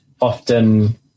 often